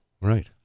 Right